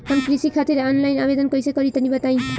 हम कृषि खातिर आनलाइन आवेदन कइसे करि तनि बताई?